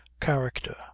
character